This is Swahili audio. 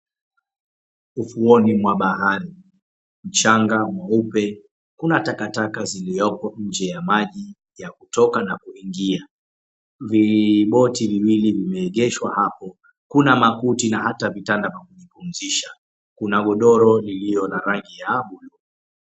Ufuoni mwa bahari mchanga mweupe kuna takataka zilizopo nje ya maji ya kutoka na kuingia, viboti viwili vimeegeeshwa hapo kuna makuti hata vitanda vya kujipumzisha kuna godoro lililo na ranya ya blue .